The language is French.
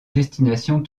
destination